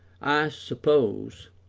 i suppose,